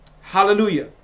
Hallelujah